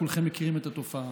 כולכם מכירים את התופעה.